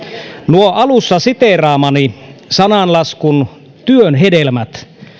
nuo alussa siteeraamani sananlaskun työn hedelmät